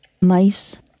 Mice